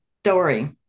story